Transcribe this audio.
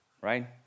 right